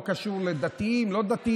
לא קשור לדתיים ולא דתיים,